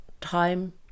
time